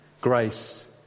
Grace